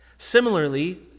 Similarly